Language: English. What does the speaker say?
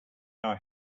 our